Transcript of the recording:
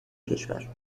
کشور